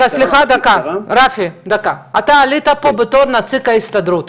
סליחה, רפי, דקה, אתה עלית פה בתור נציג ההסתדרות.